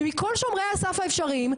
ומכל שומרי הסף האפשריים,